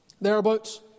thereabouts